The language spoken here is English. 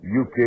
UK